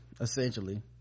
essentially